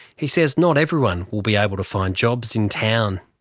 he says not everyone will be able to find jobs in town.